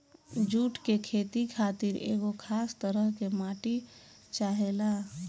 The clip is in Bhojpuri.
जुट के खेती खातिर एगो खास तरह के माटी चाहेला